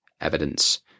evidence